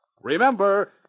Remember